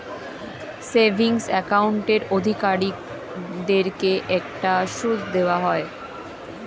savings অ্যাকাউন্টের অধিকারীদেরকে একটা সুদ দেওয়া হয়